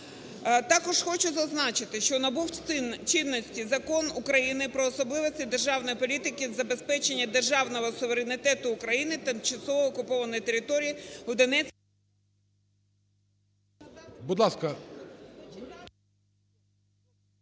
Також хочу зазначити, що набув чинності Закон України "Про особливості державної політики із забезпечення державного суверенітету України над тимчасово окупованими територіями в Донецькій…